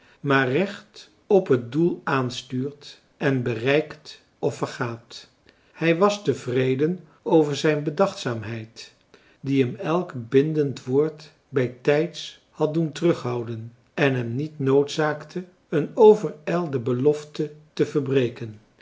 maar recht op het doel aanstuurt en bereikt of vergaat hij was te vreden over zijn bedachtzaamheid die hem elk bindend woord bij tijds had doen terughouden en hem niet noodzaakte een overijlde belofte te verbreken